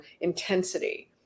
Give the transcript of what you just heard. intensity